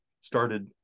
started